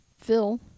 Phil